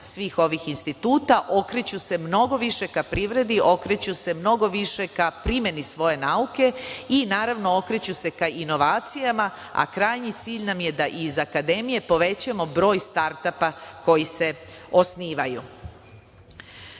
svih ovih instituta. Okreću se mnogo više ka privredi, okreću se mnogo više ka primeni svoje nauke i, naravno, okreću se ka inovacijama, a krajnji cilj nam je da i za akademije povećamo broj startapa koji se osnivaju. Do